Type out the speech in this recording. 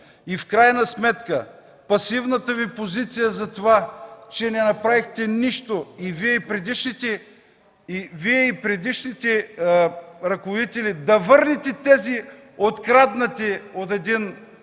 В крайна сметка, пасивната Ви позиция за това, че не направихте нищо – и Вие, и предишните ръководители, да върнете тези откраднати, от един